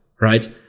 right